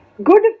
Good